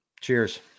cheers